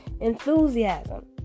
Enthusiasm